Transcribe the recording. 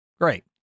Great